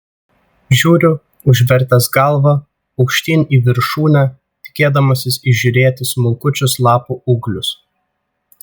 žiūriu užvertęs galvą aukštyn į viršūnę tikėdamasis įžiūrėti smulkučius lapų ūglius